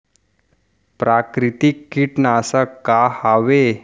प्राकृतिक कीटनाशक का हवे?